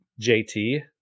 JT